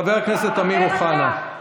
חבר הכנסת אמיר אוחנה.